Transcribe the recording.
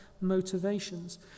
motivations